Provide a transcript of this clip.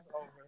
over